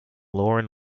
lauren